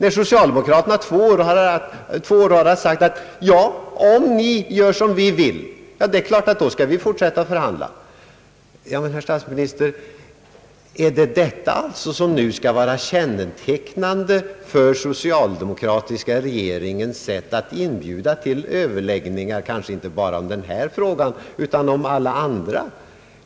Är det detta, herr statsminister, som nu skall vara kännetecknande för den socialdemokratiska regeringens sätt att inbjuda till överläggningar — inte bara om denna fråga utan om alla andra?